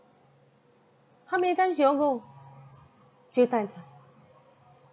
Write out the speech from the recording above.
how many times you all go few times ah